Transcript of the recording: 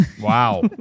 Wow